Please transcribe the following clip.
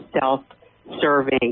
self-serving